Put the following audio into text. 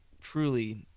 truly